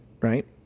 right